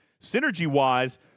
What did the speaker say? Synergy-wise